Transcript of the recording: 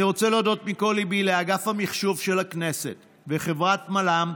אני רוצה להודות מכל ליבי לאגף המחשוב של הכנסת וחברת מלם,